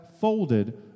folded